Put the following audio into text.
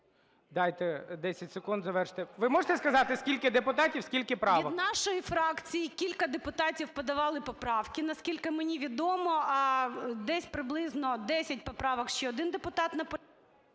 Дайте 10 секунд завершити. Ви можете сказати скільки депутатів, скільки правок? ГЕРАЩЕНКО І.В. Від нашої фракції кілька депутатів подавали поправки, наскільки мені відомо, десь приблизно 10 поправок ще один депутат…